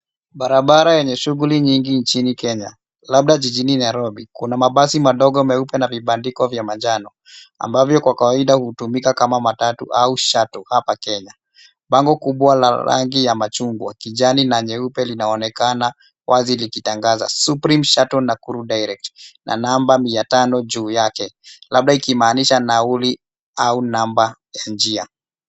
Barabara yenye shughuli nyingi nchini Kenya, labda jijini Nairobi. Kuna mabasi madogo meupe na vibandiko vya majano ambavyo kwa kawaida hutumika kama matatu au shuttle hapa Kenya. Bango kubwa la rangi ya machungwa, kijani na nyeupe linaonekana wazi likitangaza supreme shuttle Nakuru direct na namba mia tano juu yake labda ikimaanisha nauli au namba ya njia.